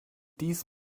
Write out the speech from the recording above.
dies